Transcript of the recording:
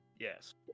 Yes